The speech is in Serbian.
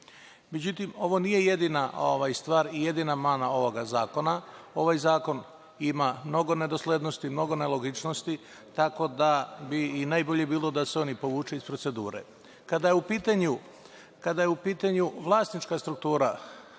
aerodrom.Međutim, ovo nije jedina stvar i jedina mana ovog zakona. Ovaj zakon ima mnogo nedoslednosti, mnogo nelogičnosti, tako da bi i najbolje bilo da se on povuče iz procedure. Kada je u pitanju vlasnička struktura